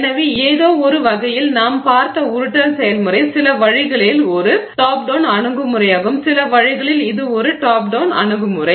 எனவே ஏதோவொரு வகையில் நாம் பார்த்த உருட்டல் செயல்முறை சில வழிகளில் ஒரு டாப் டவுண் அணுகுமுறையாகும் சில வழிகளில் இது ஒரு டாப் டவுண் அணுகுமுறை